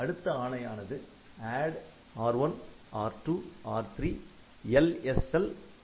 அடுத்த ஆணையானது ADD R1R2R3LSL2